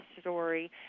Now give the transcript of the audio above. story